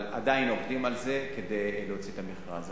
עדיין עובדים על זה כדי להוציא את המכרז.